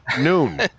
noon